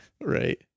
Right